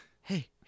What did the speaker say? Hey